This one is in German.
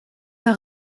der